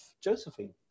Josephine